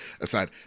aside